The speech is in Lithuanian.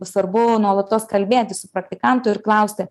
svarbu nuolatos kalbėtis su praktikantu ir klausti